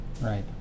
right